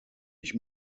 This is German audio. ich